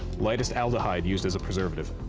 lightest aldehyde used as a preservative.